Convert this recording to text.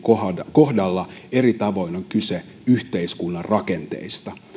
kohdalla eri tavoin on kyse yhteiskunnan rakenteista